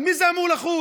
על מי זה אמור לחול?